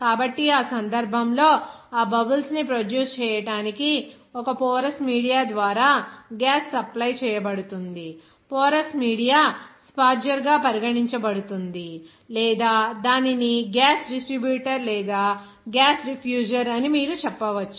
కాబట్టి ఆ సందర్భంలో ఆ బబుల్స్ ని ప్రొడ్యూస్ చేయడానికి ఒక పోరస్ మీడియా ద్వారా గ్యాస్ సప్లై చేయబడుతుంది పోరస్ మీడియా స్పార్జర్గా పరిగణించబడుతుంది లేదా దానిని గ్యాస్ డిస్ట్రిబ్యూటర్ లేదా గ్యాస్ డిఫ్యూజర్ అని మీరు చెప్పవచ్చు